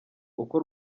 uko